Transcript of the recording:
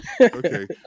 Okay